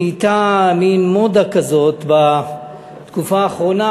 נהייתה מין מודה כזאת בתקופה האחרונה,